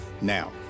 Now